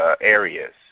areas